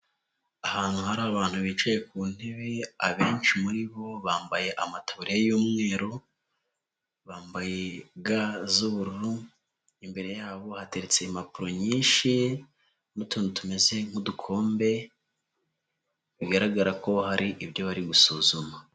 Ahantu hari abantu bicaye ku ntebe, abenshi muri bo bambaye amataburiya y'umweru, bambaye ga z'ubururu, imbere yabo hateretse impapuro nyinshi, n'utuntu tumeze nk'udukombe, bigaragara ko hari ibyo bari gusuzuma.